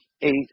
eight